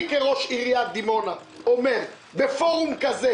אני כראש עיריית דימונה אומר בפורום כזה: